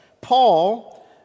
Paul